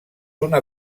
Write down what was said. una